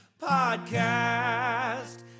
Podcast